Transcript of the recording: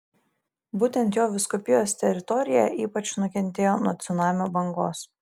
būtent jo vyskupijos teritorija ypač nukentėjo nuo cunamio bangos